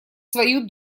свою